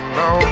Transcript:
no